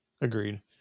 Agreed